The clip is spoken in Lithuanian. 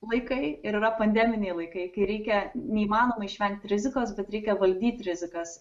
laikai ir yra pandeminiai laikai kai reikia neįmanoma išvengt rizikos bet reikia valdyt rizikas